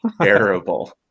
terrible